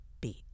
beat